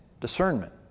discernment